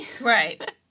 Right